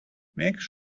make